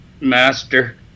master